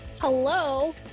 Hello